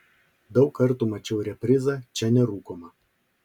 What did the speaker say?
daug kartų mačiau reprizą čia nerūkoma